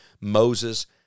Moses